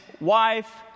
wife